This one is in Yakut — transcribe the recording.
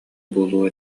буолуо